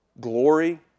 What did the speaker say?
glory